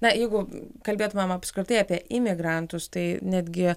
na jeigu kalbėtumėm apskritai apie imigrantus tai netgi